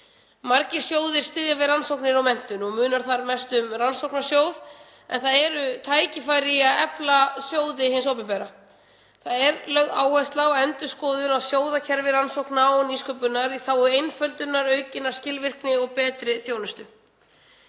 Margir sjóðir styðja við rannsóknir og menntun. Munar þar mestu um Rannsóknasjóð en tækifæri eru til að efla sjóði hins opinbera. Lögð er áhersla á endurskoðun á sjóðakerfi rannsókna og nýsköpunar í þágu einföldunar, aukinnar skilvirkni og betri þjónustu.